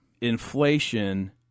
inflation